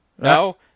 No